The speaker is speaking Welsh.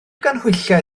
ganhwyllau